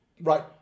right